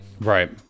right